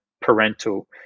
parental